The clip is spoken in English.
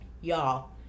Y'all